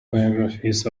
biographies